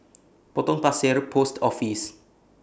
Potong Pasir Post Office